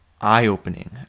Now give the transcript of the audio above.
eye-opening